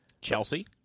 Chelsea